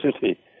city